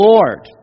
Lord